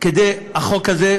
החוק הזה,